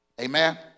Amen